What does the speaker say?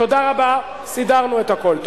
תודה רבה, סידרנו את הכול.